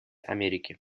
америки